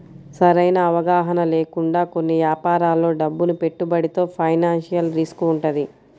సరైన అవగాహన లేకుండా కొన్ని యాపారాల్లో డబ్బును పెట్టుబడితో ఫైనాన్షియల్ రిస్క్ వుంటది